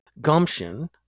gumption